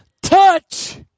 touch